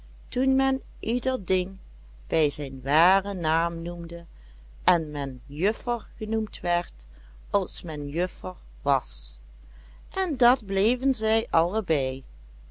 toen men ieder ding bij zijn waren naam noemde en men juffer genoemd werd als men juffer was en dat bleven zij allebei